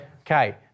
Okay